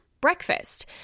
breakfast